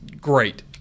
great